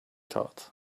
thought